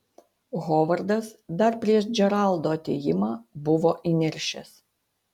hovardas dar prieš džeraldo atėjimą buvo įniršęs